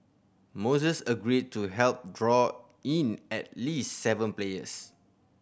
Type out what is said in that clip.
moises agreed to help draw in at least seven players